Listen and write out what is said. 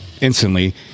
instantly